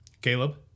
Caleb